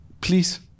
please